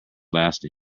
lasting